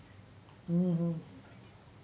mmhmm